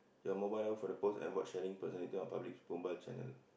your mobile number for the post avoid sharing personality or public channel